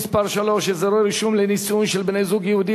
(מס' 3) (אזורי רישום לנישואין של בני-זוג יהודים),